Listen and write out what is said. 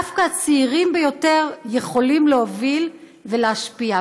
דווקא הצעירים ביותר יכולים להוביל ולהשפיע.